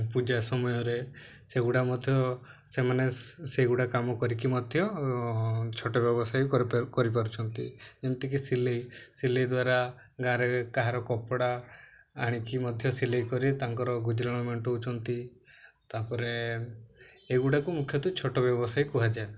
ପୂଜା ସମୟରେ ସେଗୁଡ଼ା ମଧ୍ୟ ସେମାନେ ସେଗୁଡ଼ା କାମ କରିକି ମଧ୍ୟ ଛୋଟ ବ୍ୟବସାୟୀ କରିପାରୁଛନ୍ତି ଯେମିତିକି ସିଲେଇ ସିଲେଇ ଦ୍ୱାରା ଗାଁରେ କାହାର କପଡ଼ା ଆଣିକି ମଧ୍ୟ ସିଲେଇ କରି ତାଙ୍କର ଗୁଜୁରାଣ ମେଣ୍ଟଉଛନ୍ତି ତାପରେ ଏଗୁଡ଼ାକୁ ମୁଖ୍ୟତଃ ଛୋଟ ବ୍ୟବସାୟୀ କୁହାଯାଏ